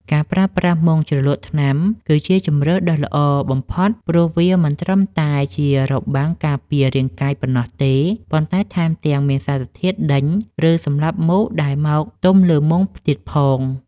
ការប្រើប្រាស់មុងជ្រលក់ថ្នាំគឺជាជម្រើសដ៏ល្អបំផុត ព្រោះវាមិនត្រឹមតែជារបាំងការពាររាងកាយប៉ុណ្ណោះទេ ប៉ុន្តែថែមទាំងមានសារធាតុដេញ ឬសម្លាប់មូសដែលមកទុំលើមុងទៀតផង។